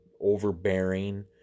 overbearing